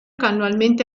annualmente